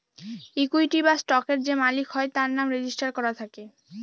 equity বা স্টকের যে মালিক হয় তার নাম রেজিস্টার করা থাকে